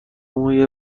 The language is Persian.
موی